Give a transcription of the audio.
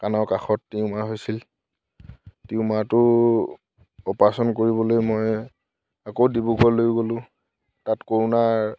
কাণৰ কাষত টিউমাৰ হৈছিল টিউমাৰটো অপাৰেশ্যন কৰিবলৈ মই আকৌ ডিব্ৰুগড়লৈ গ'লোঁ তাত কৰোণাৰ